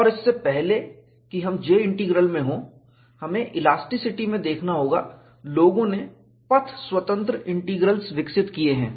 और इससे पहले कि हम J इंटीग्रल में हों हमें इलास्टिसिटी में देखना होगा लोगों ने पथ स्वतंत्र इंटीग्रल्स विकसित किए हैं